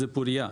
פורייה.